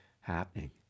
happening